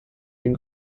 den